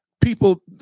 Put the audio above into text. people